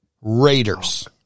Raiders